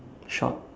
short